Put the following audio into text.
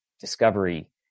discovery